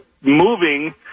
moving